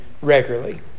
regularly